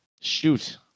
Shoot